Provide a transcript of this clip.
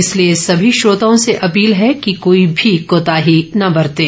इसलिए सभी श्रोताओं से अपील है कि कोई भी कोताही न बरतें